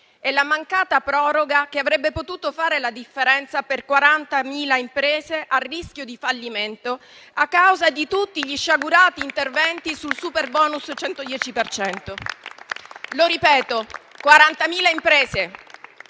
è la mancata proroga che avrebbe potuto fare la differenza per 40.000 imprese a rischio di fallimento a causa di tutti gli sciagurati interventi sul superbonus al 110 per cento.